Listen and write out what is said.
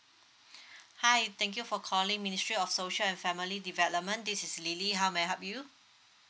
hi thank you for calling ministry of social and family development this is lily how may I help you